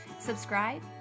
Subscribe